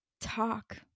talk